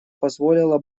позволило